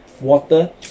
water